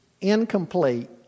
incomplete